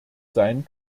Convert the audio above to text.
sein